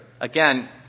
Again